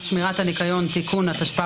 אנחנו נזקקים עדין לאישור השר?